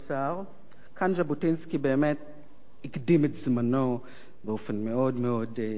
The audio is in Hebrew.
כאן ז'בוטינסקי באמת הקדים את זמנו באופן מאוד מאוד משמעותי.